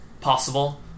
possible